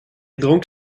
dronk